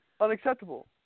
unacceptable